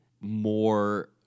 more